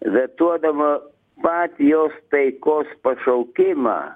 vetuodama patį jos taikos pašaukimą